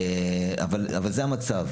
אבל זה המצב.